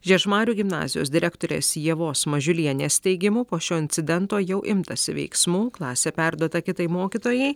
žiežmarių gimnazijos direktorės ievos mažiulienės teigimu po šio incidento jau imtasi veiksmų klasė perduota kitai mokytojai